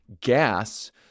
gas